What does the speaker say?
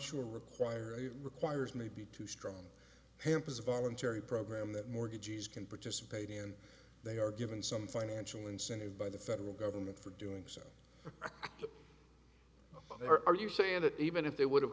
sure require it requires maybe two strong hampers of voluntary program that mortgagees can participate in and they are given some financial incentive by the federal government for doing so are you saying that even if they would